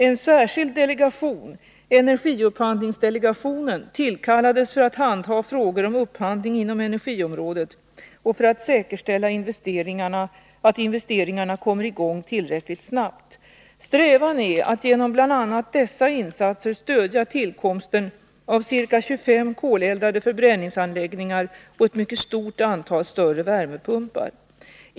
En särskild delegation, energiupphandlingsdelegationen, tillkallades för att handha frågor om upphandling inom energiområdet och för att säkerställa att investeringarna kommer i gång tillräckligt snabbt. Strävan är att genom bl.a. dessa insatser stödja tillkomsten av ca 25 koleldade förbränningsanläggningar och ett mycket stort antal större värmepumpar.